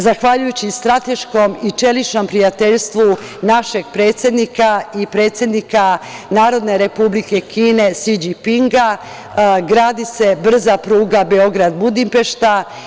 Zahvaljujući strateškom i čeličnom prijateljstvu našeg predsednika i predsednika Narodne Republike Kine Si Đipinga gradi se brza pruga Beograd-Budimpešta.